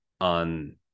on